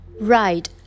right